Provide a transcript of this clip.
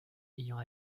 ayant